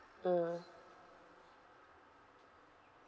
mm